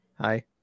hi